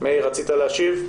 מאיר, רצית להשיב?